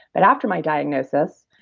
but after my diagnosis,